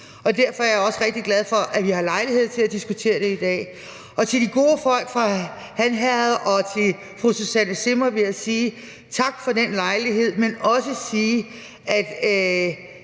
og derfor er jeg også rigtig glad for, at vi har lejlighed til at diskutere det i dag. Til de gode folk fra Han Herred og til fru Susanne Zimmer vil jeg sige: Tak for den lejlighed. Men jeg vil også sige, at